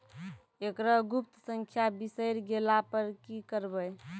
एकरऽ गुप्त संख्या बिसैर गेला पर की करवै?